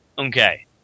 Okay